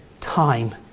time